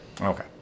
Okay